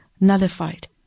nullified